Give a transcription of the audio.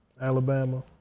Alabama